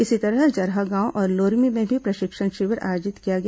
इसी तरह जरहागांव और लोरमी में भी प्रशिक्षण शिविर आयोजित किया गया